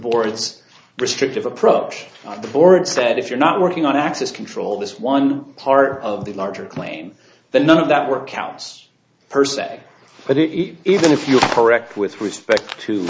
board's restrictive approach the board said if you're not working on access control this one part of the larger claim that none of that work counts per se but it even if you are correct with respect to